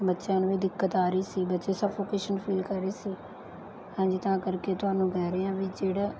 ਬੱਚਿਆਂ ਨੂੰ ਵੀ ਦਿੱਕਤ ਆ ਰਹੀ ਸੀ ਬੱਚੇ ਸਫੋਕੇਸ਼ਨ ਫੀਲ ਕਰ ਰਹੇ ਸੀ ਹਾਂਜੀ ਤਾਂ ਕਰਕੇ ਤੁਹਾਨੂੰ ਕਹਿ ਰਹੇ ਹਾਂ ਵੀ ਜਿਹੜਾ